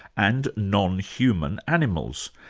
and non-human animals.